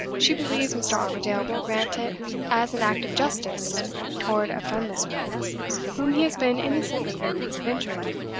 she believes mr. armadale will grant it as an act of justice toward a friendless woman whom he has been innocently the means of injuring,